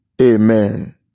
Amen